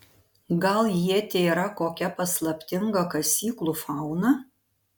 gal jie tėra kokia paslaptinga kasyklų fauna